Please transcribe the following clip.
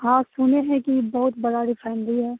हाँ सुने हैं कि बहुत बड़ा रिफाइनरी है